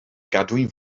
gadwyn